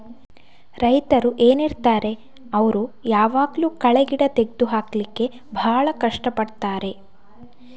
ರೈತರು ಏನಿರ್ತಾರೆ ಅವ್ರು ಯಾವಾಗ್ಲೂ ಕಳೆ ಗಿಡ ತೆಗ್ದು ಹಾಕ್ಲಿಕ್ಕೆ ಭಾಳ ಕಷ್ಟ ಪಡ್ತಾರೆ